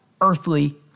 earthly